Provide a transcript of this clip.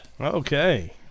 Okay